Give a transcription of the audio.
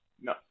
No